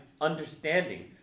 understanding